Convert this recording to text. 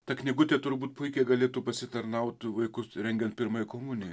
ta knygutė turbūt puikiai galėtų pasitarnaut vaikus rengiant pirmajai komunijai